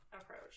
approach